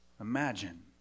Imagine